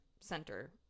center